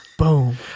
Boom